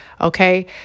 okay